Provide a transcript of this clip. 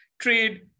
trade